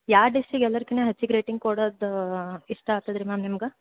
ಯಾವ ಡಿಶ್ಶಿಗೆ ಎಲ್ಲಕ್ಕಿಂತ ಹೆಚ್ಚಿಗೆ ರೇಟಿಂಗ್ ಕೊಡೋದ್ ಇಷ್ಟ ಆಗ್ತದ್ರಿ ಮ್ಯಾಮ್ ನಿಮ್ಗೆ